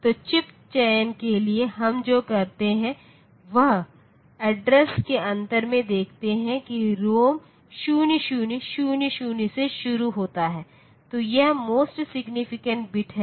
तो चिप चयन के लिए हम जो करते हैं वह अड्रेस के अंतर में देखते हैं कि रोम 0000 से शुरू होता है तो यह मोस्ट सिग्नीफिकेंट बिट है